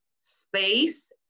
space